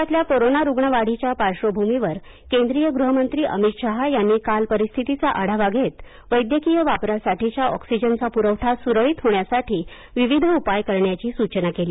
देशातल्या कोरोना रुग्णवाढीच्या पार्श्वभूमीवर केंद्रीय गृहमंत्री अमित शहा यांनी काल परिस्थितीचा आढावा घेत वैद्यकीय वापरासाठीच्या ऑक्सिजनचा पुरवठा सुरळीत होण्यासाठी विविध उपाय करण्याची सूचना केली